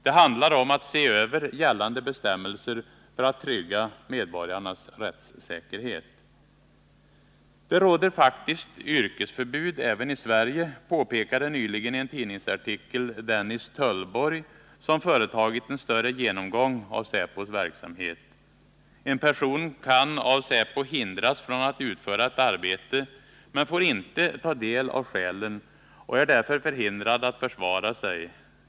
Det handlar om att se över gällande bestämmelser för att trygga medborgarnas rättssäkerhet. Det råder faktiskt yrkesförbud även i Sverige, påpekade nyligen i en tidningsartikel Dennis Töllborg, som företagit en större genomgång av säpos verksamhet. En person kan av säpo hindras från att utföra ett arbete, men får inte ta del av skälen och är därför förhindrad att försvara sig.